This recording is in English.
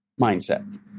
mindset